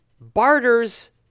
barters